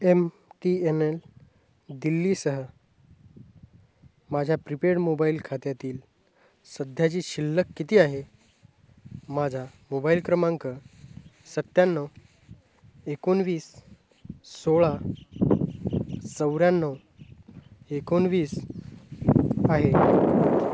M T N L दिल्लीसह माझ्या prepaid mobile खात्यातील सध्याची शिल्लक किती आहे माझा मोबाईल क्रमांक सत्याण्णव एकोणवीस सोळा चौऱ्याण्णव एकोणवीस आहे